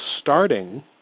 starting